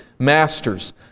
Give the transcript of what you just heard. Masters